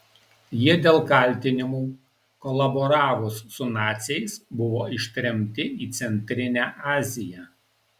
jie dėl kaltinimų kolaboravus su naciais buvo ištremti į centrinę aziją